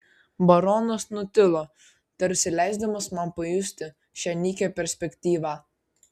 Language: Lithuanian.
baronas nutilo tarsi leisdamas man pajusti šią nykią perspektyvą